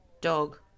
dog